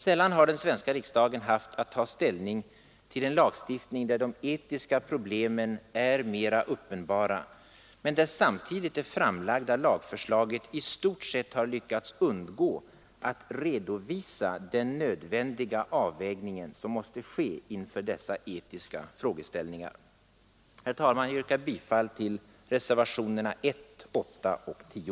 Sällan har den svenska riksdagen haft att ta ställning till en lagstiftning där de etiska problemen är mera uppenbara men där samtidigt det framlagda lagförslaget i stort sett har lyckats undgå att redovisa den avvägning som är nödvändig inför dessa etiska frågeställningar. Herr talman! Jag yrkar bifall till reservationerna 1, 8 och 10.